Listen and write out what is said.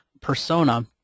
persona